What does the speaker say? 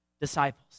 disciples